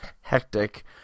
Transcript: hectic